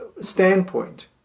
standpoint